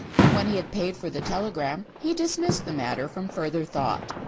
and when he had paid for the telegram he dismissed the matter from further thought.